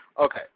Okay